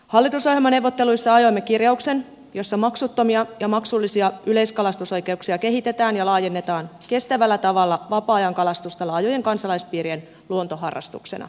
hallitusohjelmaneuvotteluissa ajoimme kir jauksen jossa maksuttomia ja maksullisia yleiskalastusoikeuksia kehitetään ja vapaa ajankalastusta laajennetaan kestävällä tavalla laajojen kansalaispiirien luontoharrastuksena